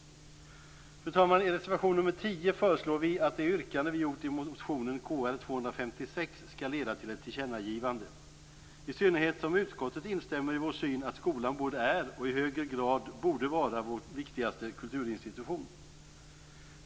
Fru talman! I reservation 4 föreslår vi att det yrkande som vi gjort i motion Kr256 skall leda till ett tillkännagivande. I synnerhet som utskottet instämmer i vår syn att skolan både är och i högre grad borde vara vår viktigaste kulturinstitution.